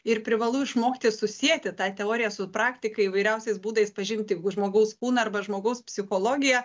ir privalu išmokti susieti tą teoriją su praktika įvairiausiais būdais pažinti žmogaus kūną arba žmogaus psichologiją